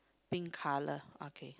pink colour okay